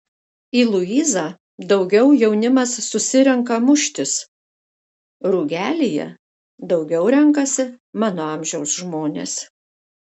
į luizą daugiau jaunimas susirenka muštis rugelyje daugiau renkasi mano amžiaus žmonės